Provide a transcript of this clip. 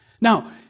Now